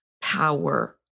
power